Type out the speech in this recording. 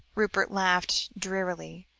rupert laughed drearily.